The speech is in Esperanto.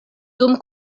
dum